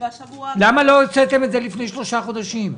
בשבוע- -- למה לא הוצאתם את זה לפני שלושה חודשים?